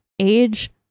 age